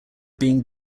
being